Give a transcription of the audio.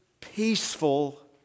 peaceful